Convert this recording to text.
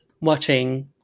watching